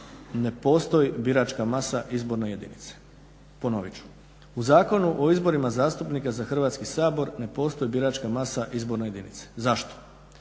ne postoji biračka masa izbornoj jedinici. Ponovit ću, u Zakonu o izborima zastupnika za Hrvatski sabor ne postoji biračka masa izbornoj jedinici. Zašto?